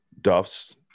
Duff's